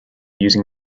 using